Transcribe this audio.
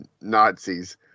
Nazis